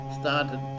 started